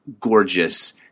gorgeous